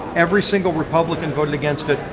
every single republican voted against it,